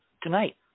tonight